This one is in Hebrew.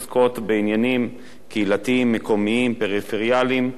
עוסקות בעניינים קהילתיים מקומיים פריפריאליים.